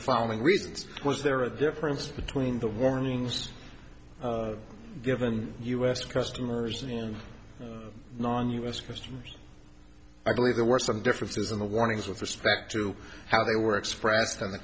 the following reasons was there a difference between the warnings given us customers and on us customs i believe there were some differences in the warnings with respect to how they were expressed and the